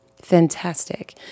fantastic